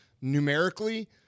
numerically